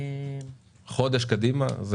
חודש קדימה?